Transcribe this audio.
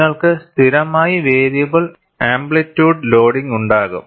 നിങ്ങൾക്ക് സ്ഥിരമായി variable amplitude loading ഉണ്ടാകും